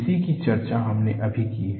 इसी कि चर्चा हमने अभी की है